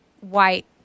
white